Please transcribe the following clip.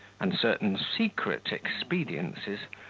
and certain secret expediences,